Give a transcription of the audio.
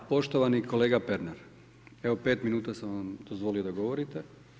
Poštovani kolega Pernar, evo 5 minuta sam vam dao da govorite.